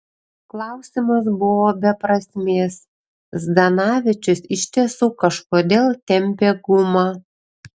klausimas buvo be prasmės zdanavičius iš tiesų kažkodėl tempė gumą